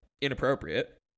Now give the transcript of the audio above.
inappropriate